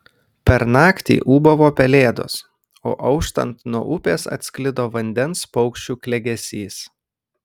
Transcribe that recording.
per naktį ūbavo pelėdos o auštant nuo upės atsklido vandens paukščių klegesys